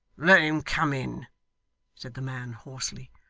let him come in said the man, hoarsely.